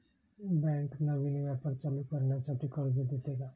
Bank नवीन व्यापार चालू करण्यासाठी कर्ज देते का?